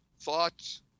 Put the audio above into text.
thoughts